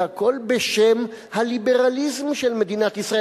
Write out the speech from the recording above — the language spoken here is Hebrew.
והכול בשם הליברליזם של מדינת ישראל.